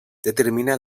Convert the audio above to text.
determina